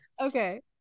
Okay